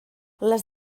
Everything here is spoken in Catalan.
les